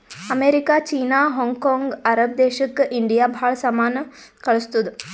America, China, Hong Kong, Arab ದೇಶಕ್ India ಭಾಳ ಸಾಮಾನ್ ಕಳ್ಸುತ್ತುದ್